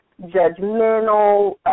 judgmental